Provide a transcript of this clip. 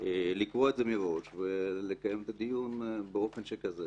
לקבוע את זה מראש ולקיים את הדיון באופן שכזה.